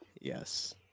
Yes